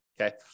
okay